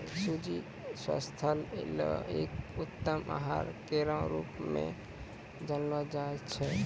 सूजी स्वास्थ्य ल एक उत्तम आहार केरो रूप म जानलो जाय छै